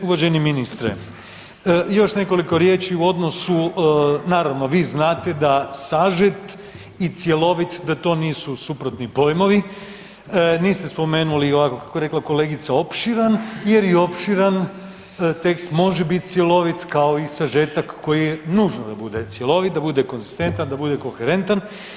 Uvaženi ministre, još nekoliko riječi u odnosu naravno, vi znate da sažet i cjelovit, da to nisu suprotni pojmovi, niste spomenuli ovako kako je rekla kolegica, opširan jer i opširan tekst može bit cjelovit kao i sažetak koji je nužno da bude cjelovit, da bude konzistentan, da bude koherentan.